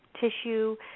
tissue